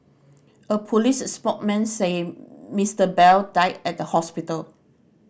a police spoke man said Mister Bell died at the hospital